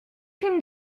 films